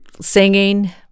Singing